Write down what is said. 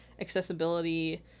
accessibility